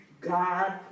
God